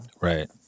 Right